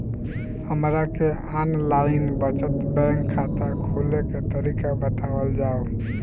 हमरा के online बचत बैंक खाता खोले के तरीका बतावल जाव?